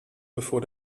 bevor